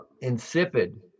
insipid